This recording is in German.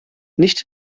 nicht